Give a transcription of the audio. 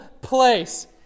place